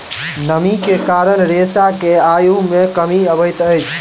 नमी के कारण रेशा के आयु मे कमी अबैत अछि